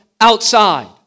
outside